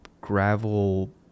gravel